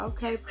Okay